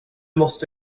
måste